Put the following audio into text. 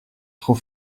trop